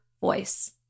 voice